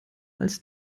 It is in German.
als